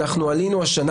אנחנו עלינו השנה,